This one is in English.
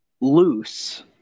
loose –